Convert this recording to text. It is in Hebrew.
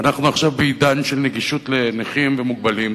ואנחנו עכשיו בעידן של נגישות לנכים ומוגבלים.